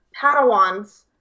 Padawans